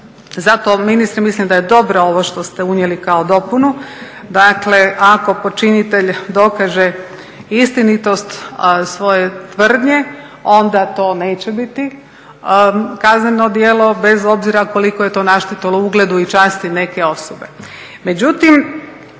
zato ministre mislim da je dobro ovo što ste unijeli kao dopunu. Dakle, ako počinitelj dokaže istinitost svoje tvrdnje onda to neće biti kazneno djelo bez obzira koliko je to naštetilo ugledu i časti neke osobe.